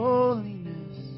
Holiness